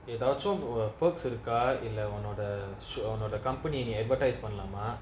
எதாச்சு:ethaachu err perks இருக்கா இல்ல ஒன்னோட:irukaa illa onnoda so~ ஒன்னோட:onnoda company நீ:nee advertise பன்லாமா:panlaamaa